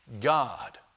God